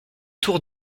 tour